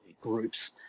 groups